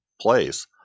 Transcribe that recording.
place